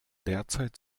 derzeit